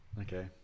Okay